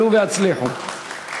עלו והצליחו.